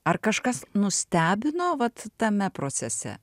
ar kažkas nustebino vat tame procese